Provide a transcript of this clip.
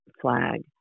flag